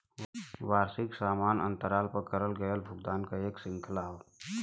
वार्षिकी समान अंतराल पर करल गयल भुगतान क एक श्रृंखला हौ